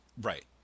Right